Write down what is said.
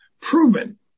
proven